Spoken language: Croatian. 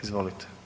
Izvolite.